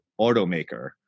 automaker